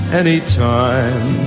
anytime